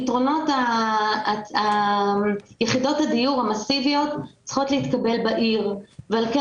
פתרונות יחידות הדיור המסיביות צריכות להתקבל בעיר ועל כן